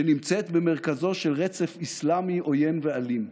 שנמצאת במרכזו של רצף אסלאמי עוין ואלים?